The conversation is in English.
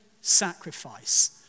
sacrifice